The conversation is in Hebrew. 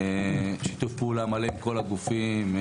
בשיתוף פעולה מלא עם כל הגופים,